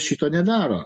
šito nedaro